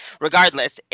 Regardless